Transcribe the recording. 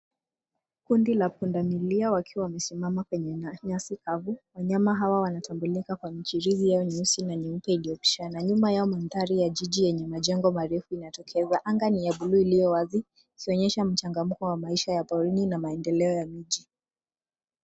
Kundi la pundamilia wakiwa wamesimama kwenye nyasi kavu. Wanyama hawa wanatambulika kwa michirizi yao nyeusi na nyeupe iliyopishana .Nyuma yao, mandhari ya jiji yenye majengo marefu inatokeza. Anga ni ya buluu iliyo wazi ikionyesha mchangamko wa porini na maendeleo ya mji.